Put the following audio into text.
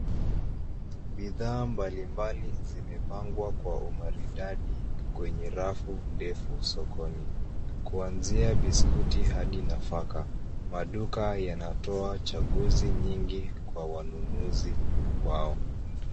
Bidhaa mbali mbali zimepangwa kwa umaridadi kwenye rafu ndefu sokoni, kuanzia biskuti hadi nafaka. Maduka yanatoa chaguzi nyingi kwa wanunuzi wao.